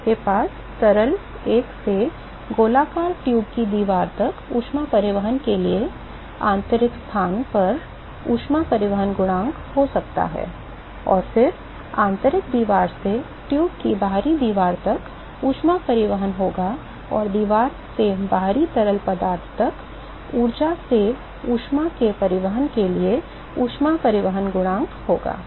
तो आपके पास तरल एक से गोलाकार ट्यूब की दीवार तक ऊष्मा परिवहन के लिए आंतरिक स्थान पर ऊष्मा परिवहन गुणांक हो सकता है और फिर आंतरिक दीवार से ट्यूब की बाहरी दीवार तक ऊष्मा परिवहन होगा और दीवार से बाहरी तरल पदार्थ तक ऊर्जा से ऊष्मा के परिवहन के लिए ऊष्मा परिवहन गुणांक होगी